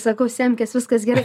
sakau semkes viskas gerai